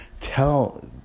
Tell